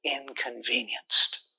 inconvenienced